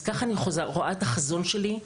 אז ככה אני רואה את החזון שלי,